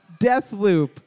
Deathloop